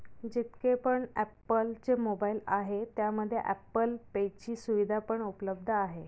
जितके पण ॲप्पल चे मोबाईल आहे त्यामध्ये ॲप्पल पे ची सुविधा पण उपलब्ध आहे